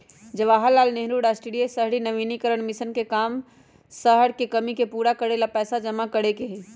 जवाहर लाल नेहरू राष्ट्रीय शहरी नवीकरण मिशन के काम शहर के कमी के पूरा करे ला पैसा जमा करे के हई